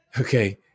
okay